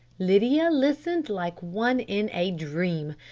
lydia listened like one in a dream.